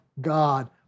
God